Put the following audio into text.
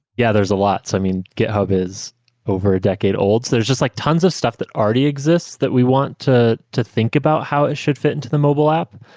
yeah, there's a lot. i mean, github is over a decade old. so there's just like tons of stuff that already exists that we want to to think about how it should fit into the mobile app.